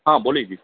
हा बोलीए जी